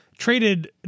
traded